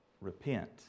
Repent